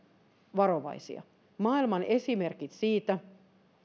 varovaisia maailman esimerkit siitä